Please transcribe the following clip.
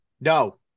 No